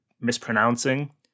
mispronouncing